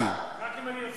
רק אם אני יוצא,